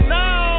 now